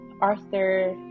Arthur